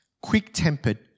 quick-tempered